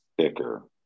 thicker